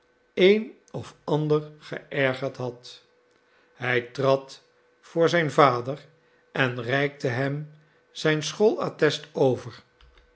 een of ander geërgerd had hij trad voor zijn vader en reikte hem zijn schoolattest over